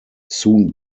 soon